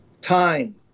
time